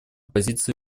позиции